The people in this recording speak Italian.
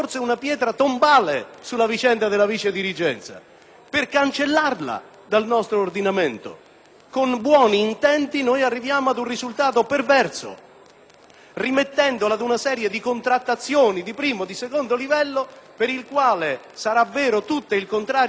cancellandola dal nostro ordinamento. Con buoni intenti perveniamo ad un risultato perverso, rimettendo la questione ad una serie di contrattazioni di primo e di secondo livello per cui sarà vero tutto e il contrario di tutto. L'intento è quello di non applicare la legge